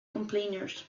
complainers